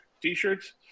t-shirts